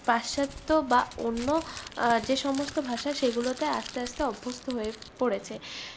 পাশ্চাত্য বা অন্য যে সমস্ত ভাষা সেগুলোতে আস্তে আস্তে অভ্যস্ত হয়ে পড়েচে